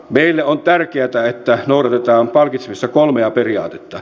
meille on tärkeätä että noudatetaan palkitsemisessa kolmea periaatetta